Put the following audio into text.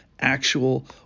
actual